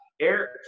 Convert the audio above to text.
Eric